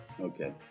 Okay